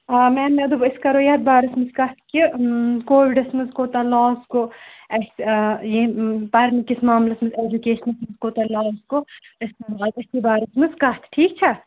آ مٮ۪م مےٚ دوٚپ أسۍ کَرو یتھ بارس منٛز کتھ کہِ کووِڑس منز کوٗتاہ لواس گوٚو اَسہِ یہِ پَرنہٕ کِس معاملس منز ایجوکیشنس منز کوٗتاہ لواس گوٚو أسۍ کَرو آز أتھی بارس منز کَتھ ٹھیٖک چھا